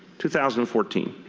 two thousand and fourteen,